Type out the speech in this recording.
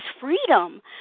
freedom